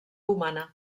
humana